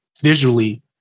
visually